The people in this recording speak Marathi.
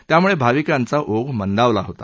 त्यामुळे भाविकांचा ओघ मंदावला होता